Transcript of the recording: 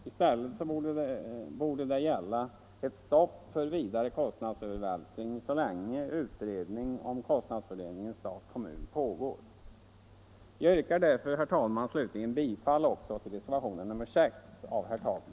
I stället borde det gälla ett stopp för vidare kostnadsövervältring så länge utredning om kostnadsfördelningen stat-kommun pågår. Jag yrkar därför, herr talman, slutligen bifall också till reservationen 6 av herr Takman.